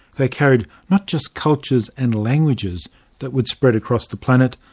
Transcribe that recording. they carried not just cultures and languages that would spread across the planet,